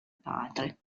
padre